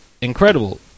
incredible